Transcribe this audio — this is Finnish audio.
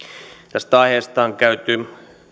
tästä aiheesta on käyty